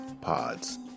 pods